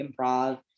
improv